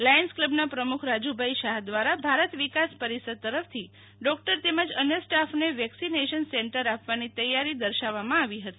Lions ક્લબના પ્રમુખ રાજુભાઈ શાહ દ્વારા ભારત વિકાસ પરિષદ તરફથી ડોક્ટર તેમજ અન્ય સ્ટાફને વેક્સીવેસન સેન્ટર આપવાની તૈયારી દર્શાવવામાં આવી હતી